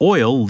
Oil